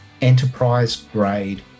enterprise-grade